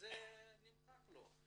שהרישום נמחק.